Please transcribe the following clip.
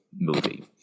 movie